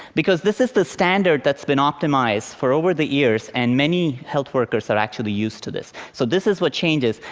because this is the standard that's been optimized for over the years, and many health workers are actually used to this. so this is what changes,